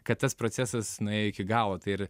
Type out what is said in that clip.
kad tas procesas nuėjo iki galo tai ir